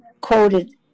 quoted